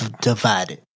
divided